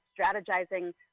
strategizing